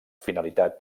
finalitat